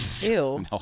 Ew